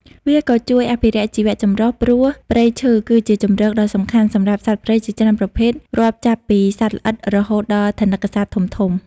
វាក៏ជួយអភិរក្សជីវៈចម្រុះ ព្រោះព្រៃឈើគឺជាជម្រកដ៏សំខាន់សម្រាប់សត្វព្រៃជាច្រើនប្រភេទ រាប់ចាប់ពីសត្វល្អិតរហូតដល់ថនិកសត្វធំៗ។